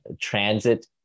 Transit